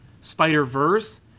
Spider-Verse